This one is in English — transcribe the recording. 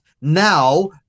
Now